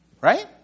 right